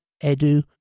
Edu